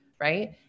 Right